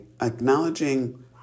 acknowledging